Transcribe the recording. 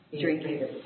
drinking